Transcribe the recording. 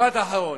משפט אחרון.